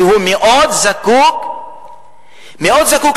שמאוד זקוק לתמיכה,